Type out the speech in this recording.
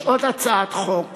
יש עוד הצעת חוק